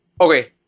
Okay